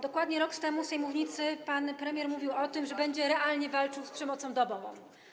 Dokładnie rok temu z tej mównicy pan premier mówił o tym, że będzie realnie walczył z przemocą domową.